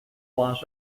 los